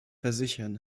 versichern